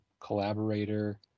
Collaborator